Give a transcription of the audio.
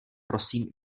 prosím